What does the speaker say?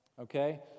Okay